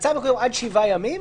הצו המקורי הוא עד שבעה ימים,